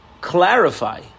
Clarify